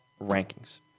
rankings